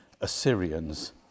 Assyrians